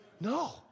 No